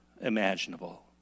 imaginable